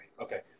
Okay